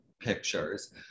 pictures